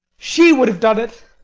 she would have done it.